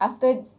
after